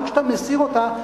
גם כשאתה מסיר אותה,